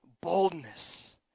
boldness